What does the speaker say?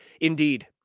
Indeed